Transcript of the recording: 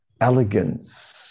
elegance